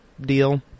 deal